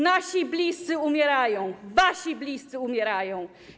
Nasi bliscy umierają, wasi bliscy umierają!